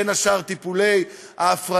בגלל, בין השאר, טיפולי הפריה.